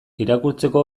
irakurtzeko